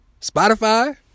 Spotify